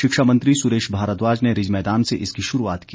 शिक्षा मंत्री सुरेश भारद्वाज ने रिज मैदान से इसकी शुरूआत की